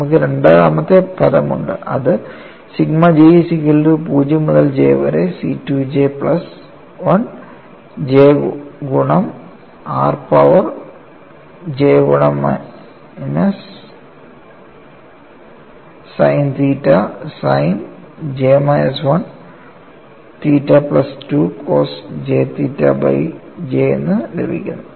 നമുക്കു രണ്ടാമത്തെ പദം ഉണ്ട് അത് സിഗ്മ J0 മുതൽ J വരെ C 2j പ്ലസ് 1 j ഗുണം r പവർ j ഗുണം minus sine theta sine j minus 1 theta plus 2 cos j theta by j എന്നു ലഭിക്കുന്നു